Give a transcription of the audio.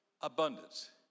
abundance